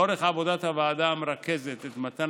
לאורך עבודת הוועדה המרכזת את מתן